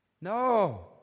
No